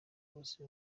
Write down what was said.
bose